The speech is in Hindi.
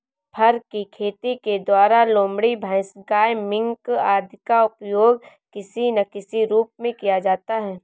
फर की खेती के द्वारा लोमड़ी, भैंस, गाय, मिंक आदि का उपयोग किसी ना किसी रूप में किया जाता है